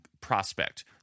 prospect